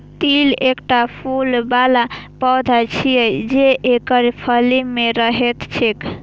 तिल एकटा फूल बला पौधा छियै, जे एकर फली मे रहैत छैक